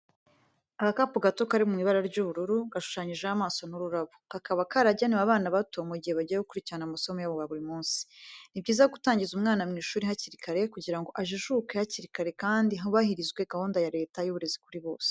Agakapu gato kari mu ibara ry'ubururu, gashushanyijeho amaso n'ururabo, kakaba karagenewe abana bato mu gihe bagiye gukurikirana amasomo yabo ya buri munsi. Ni byiza gutangiza umwana ishuri hakiri kare kugira ngo ajijuke hakiri kare kandi hubahirizwe gahunda ya Leta y'uburezi kuri bose.